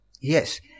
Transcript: Yes